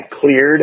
cleared